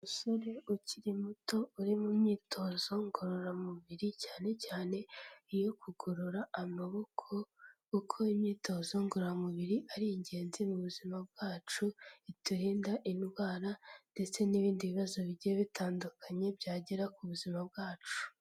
Umusore ukiri muto uri mu myitozo ngororamubiri, cyane cyane iyo kugorora amaboko, kuko imyitozo ngororamubiri ari ingenzi mu buzima bwacu, iturinda indwara ndetse n'ibindi bibazo bigiye bitandukanye byagera ku buzima bwacu.